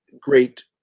great